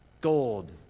gold